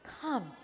come